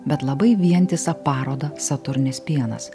bet labai vientisą parodą saturnės pienas